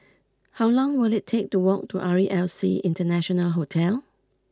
how long will it take to walk to R E L C International Hotel